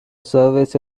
service